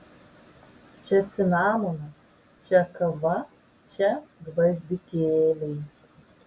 čia cinamonas čia kava čia gvazdikėliai